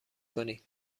کنید